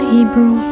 Hebrew